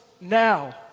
now